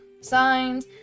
Signs